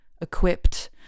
equipped